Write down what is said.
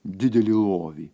didelį lovį